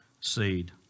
seed